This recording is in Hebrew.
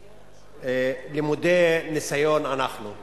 למודי ניסיון אנחנו,